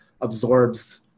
absorbs